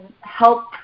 help